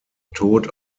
tod